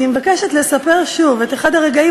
אני מבקשת לספר שוב את אחד הרגעים